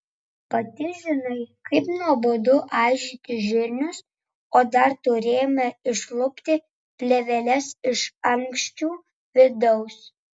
pati žinai kaip nuobodu aižyti žirnius o dar turėjome išlupti plėveles iš ankščių vidaus